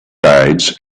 guides